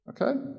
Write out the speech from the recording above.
okay